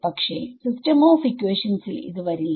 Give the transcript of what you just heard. പക്ഷേ system of ഇക്വേഷൻസിൽഇത് വരില്ല